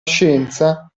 scienza